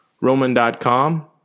roman.com